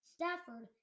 Stafford